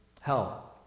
hell